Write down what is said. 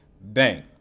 Bang